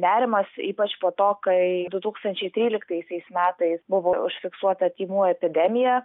nerimas ypač po to kai du tūkstančiai tryliktaisiais metais buvo užfiksuota tymų epidemija